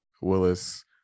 Willis